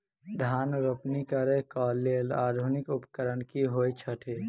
धान रोपनी करै कऽ लेल आधुनिक उपकरण की होइ छथि?